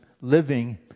living